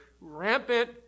rampant